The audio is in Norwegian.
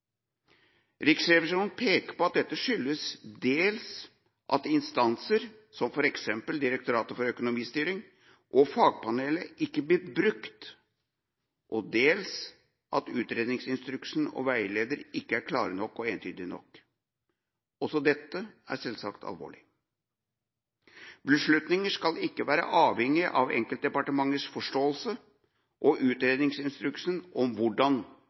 Riksrevisjonen peker på at dette skyldes dels at instanser, som f.eks. Direktoratet for økonomistyring og fagpanelet, ikke blir brukt, og dels at utredningsinstruks og veileder ikke er klare og entydige nok. Også dette er selvsagt alvorlig. Beslutninger skal ikke være avhengig av enkeltdepartementers forståelse av utredningsinstruksen om hvordan